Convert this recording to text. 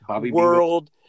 World